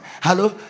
Hello